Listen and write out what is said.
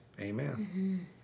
amen